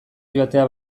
joatea